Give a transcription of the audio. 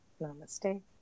Namaste